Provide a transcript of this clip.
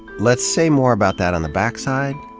let's say more about that on the backside,